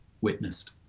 witnessed